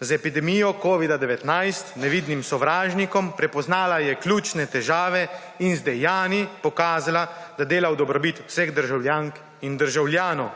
z epidemijo covida-19, nevidnim sovražnikom. Prepoznala je ključne težave in z dejanji pokazala, da dela v dobrobit vseh državljank in državljanov.